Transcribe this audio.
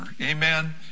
Amen